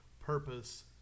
purpose